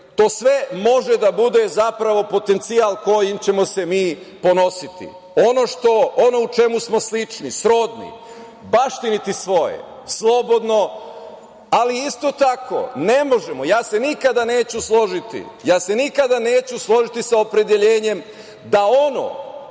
To sve može da bude zapravo potencijal kojim ćemo se mi ponositi. Ono u čemu smo slični, srodni baštiniti svoje slobodno, ali isto tako ne možemo, ja se nikada neću složiti sa opredeljenjem da ono